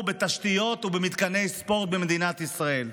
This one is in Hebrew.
בתשתיות ובמתקני ספורט במדינת ישראל.